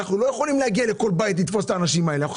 ואנחנו לא יכולים להגיע לכל בית לתפוס את האנשים האלה ולכן